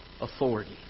authority